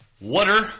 Water